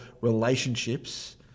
relationships